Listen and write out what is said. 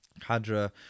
Hadra